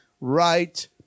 right